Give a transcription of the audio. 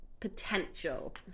potential